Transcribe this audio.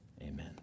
amen